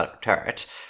turret